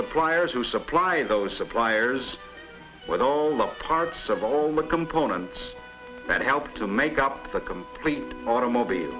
suppliers who supply those suppliers with all the parts of all the components that help to make up the complete automobile